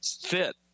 fit